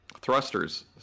thrusters